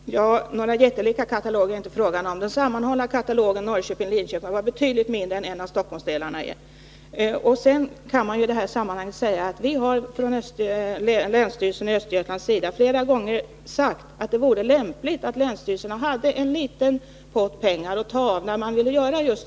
Herr talman! Några jättelika kataloger är det inte fråga om. Den Tisdagen den sammanhållna katalogen för Norrköping och Linköping var betydligt mindre 4 november 1980 än en av Stockholmsdelarna är. Länsstyrelsen i Östergötlands län har flera gånger sagt att det vore lämpligt Om planerad att länsstyrelserna hade en liten pott med pengar att ta av för sådana här automatisering ändamål.